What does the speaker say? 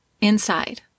inside